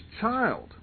child